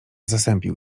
zasępił